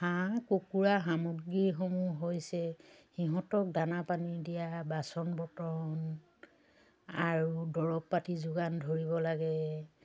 হাঁহ কুকুৰা সামগ্ৰীসমূহ হৈছে সিহঁতক দানা পানী দিয়া বাচন বৰ্তন আৰু দৰৱ পাতি যোগান ধৰিব লাগে